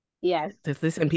Yes